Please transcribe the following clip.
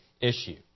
issue